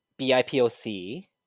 BIPOC